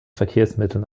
verkehrsmitteln